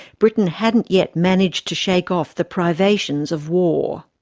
britain hadn't yet managed to shake off the privations of war.